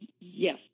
Yes